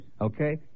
Okay